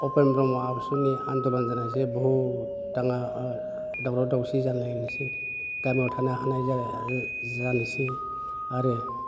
उपेन ब्रह्मआ आबसुनि आन्दालन जानायसै बुहुत दाङा दावराव दावसि जालायनायसै गामियाव थानो हानाय जाया जानायसै आरो